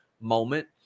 moment